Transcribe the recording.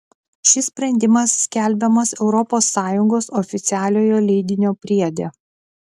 šis sprendimas skelbiamas europos sąjungos oficialiojo leidinio priede